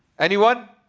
anyone?